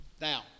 Now